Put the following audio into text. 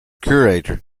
curate